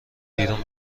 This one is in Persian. بیرون